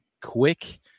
quick